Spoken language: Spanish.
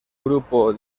grupo